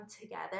together